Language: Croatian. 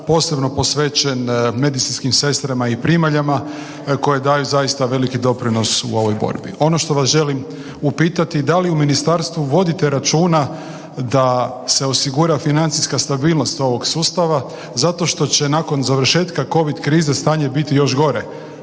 posebno posvećen medicinskim sestrama i primaljama koje daju zaista veliki doprinos u ovoj borbi. Ono što vas želim upitati, da li u ministarstvu vodite računa da se osigura financijska stabilnost ovog sustava, zato što će nakon završetka kovid krize stanje biti još gore